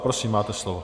Prosím, máte slovo.